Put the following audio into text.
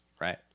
Right